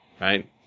right